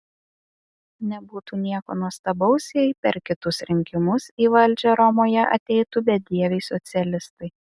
nebūtų nieko nuostabaus jei per kitus rinkimus į valdžią romoje ateitų bedieviai socialistai